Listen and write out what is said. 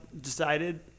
Decided